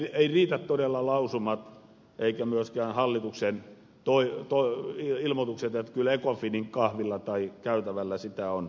eivät riitä todella lausumat eivätkä myöskään hallituksen ilmoitukset että kyllä ecofinin kahvilla tai käytävällä sitä on kannatettu